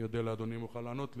אני אודה לאדוני אם יוכל לענות לי,